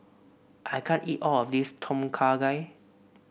I can't eat all of this Tom Kha Gai